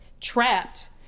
trapped